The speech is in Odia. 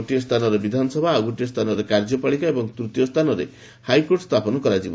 ଗୋଟିଏ ସ୍ଥାନରେ ବିଧାନସଭା ଆଉ ଗୋଟିଏ ସ୍ଥାନରେ କାର୍ଯ୍ୟପାଳିକା ଏବଂ ତୃତୀୟ ସ୍ଥାନରେ ହାଇକୋର୍ଟ ସ୍ଥାପନ କରାଯିବ